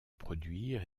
produire